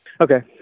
Okay